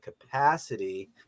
capacity